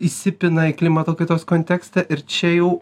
įsipina į klimato kaitos kontekstą ir čia jau